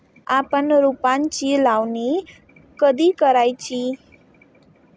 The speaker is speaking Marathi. आपण रोपांची लावणी कधी करायची?